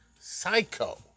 psycho